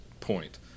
point